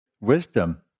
Wisdom